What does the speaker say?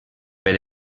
per